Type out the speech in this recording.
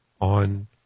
on